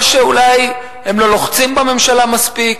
או שאולי הם לא לוחצים בממשלה מספיק,